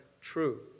true